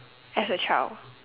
as a child